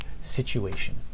situation